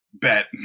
Bet